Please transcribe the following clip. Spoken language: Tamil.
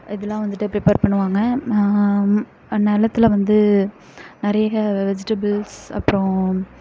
இதெல்லாம் வந்துட்டு ப்ரிப்பேர் பண்ணுவாங்க நிலத்துல வந்து நிறைய வெஜிடபிள்ஸ் அப்புறம்